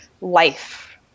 life